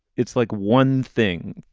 it's like one thing.